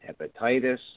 Hepatitis